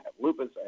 lupus